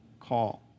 call